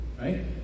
Right